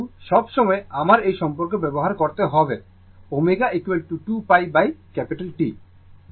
কিন্তু সব সময় আমার এই সম্পর্ক ব্যবহার করতে হবে ω 2π T